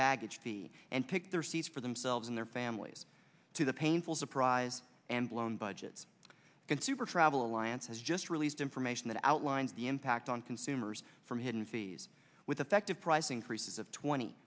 baggage fee and pick their seats for themselves and their families to the painful surprise and blown budgets consumer travel alliance has just released information that outlined the impact on consumers from hidden fees with effective price increases of twenty